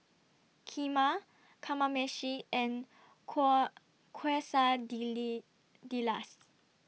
Kheema Kamameshi and